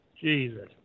Jesus